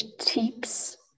tips